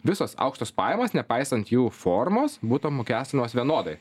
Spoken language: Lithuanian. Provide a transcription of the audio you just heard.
visos aukštos pajamos nepaisant jų formos būtų apmokestinamos vienodai